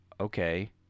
okay